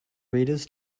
readers